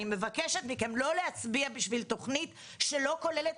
אני מבקשת מכם לא להצביע בשביל תכנית שלא כוללת